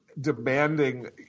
demanding –